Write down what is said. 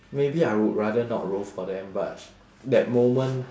maybe I would rather not row for them but that moment